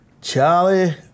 Charlie